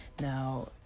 now